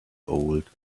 old